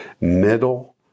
middle